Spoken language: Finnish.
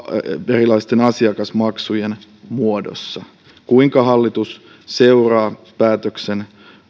erilaisten asiakasmaksujen muodossa kuinka hallitus seuraa päätöksen